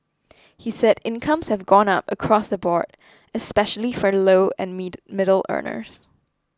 he said incomes have gone up across the board especially for low and middle earners